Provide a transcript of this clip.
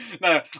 No